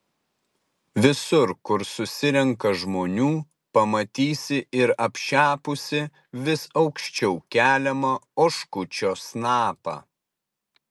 visur kur susirenka žmonių pamatysi ir apšepusį vis aukščiau keliamą oškučio snapą